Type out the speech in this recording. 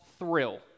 thrill